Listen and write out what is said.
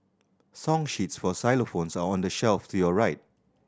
song sheets for xylophones are on the shelf to your right